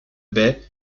baie